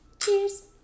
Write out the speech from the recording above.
Cheers